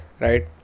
right